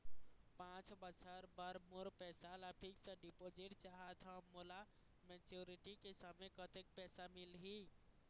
पांच बछर बर मोर पैसा ला फिक्स डिपोजिट चाहत हंव, मोला मैच्योरिटी के समय कतेक पैसा मिल ही?